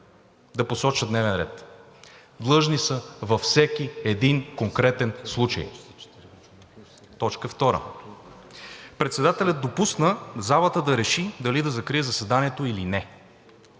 да посочат дневен ред, длъжни са във всеки един конкретен случай. Второ. Председателят допусна залата да реши дали да закрие заседанието или не.